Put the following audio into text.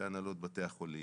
בהנהלות בתי החולים,